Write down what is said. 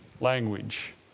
language